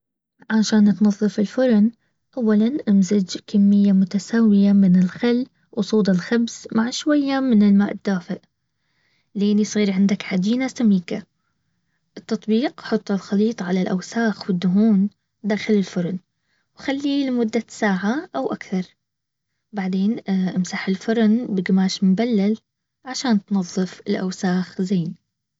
عشان تنظف الفرن اولا امزج كميه متساويه من الخل وصودا الخبز مع شويه من المويه الدافئ لين يصير عندك عجينه سميكه التطبيق حط الخليط علي الاوساخ والدهون داخل الفرن وخليه لمده ساعه اواكثر بعدين امسح الفرن بقماش مبلل علشان تنظف الاوساخ زين.